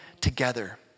together